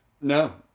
No